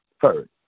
third